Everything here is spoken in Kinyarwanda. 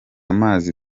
amazi